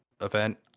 event